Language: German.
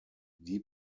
die